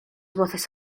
voces